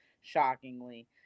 shockingly